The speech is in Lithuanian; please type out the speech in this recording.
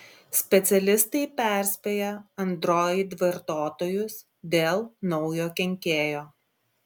specialistai perspėja android vartotojus dėl naujo kenkėjo